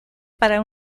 para